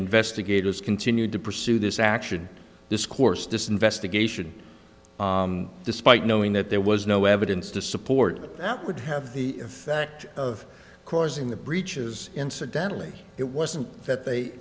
investigators continued to pursue this action discoursed disinvest a gay should despite knowing that there was no evidence to support that that would have the effect of causing the breaches incidentally it wasn't that they